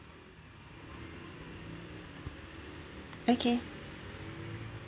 okay